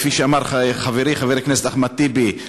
כפי שאמר חברי חבר הכנסת אחמד טיבי,